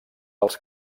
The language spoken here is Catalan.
dels